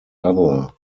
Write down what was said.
other